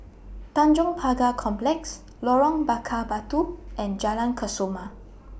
Tanjong Pagar Complex Lorong Bakar Batu and Jalan Kesoma